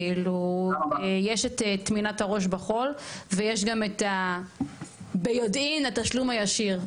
כאילו יש את טמינת הראש בחול ויש גם ביודעין התשלום הישיר.